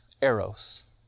Eros